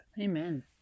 Amen